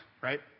right